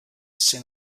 seen